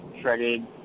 shredded